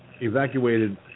evacuated